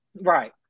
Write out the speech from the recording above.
Right